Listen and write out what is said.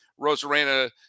Rosarena